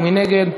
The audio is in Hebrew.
מי נגד?